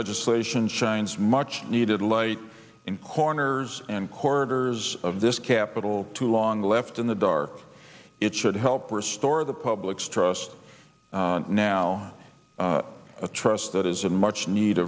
legislation shines much needed light in corners and corridors of this capitol to long left in the dark it should help restore the public's trust now a trust that isn't much need